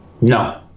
no